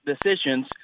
decisions